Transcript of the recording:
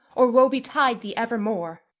or woe betide thee evermore!